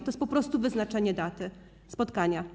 To jest po prostu wyznaczenie daty spotkania.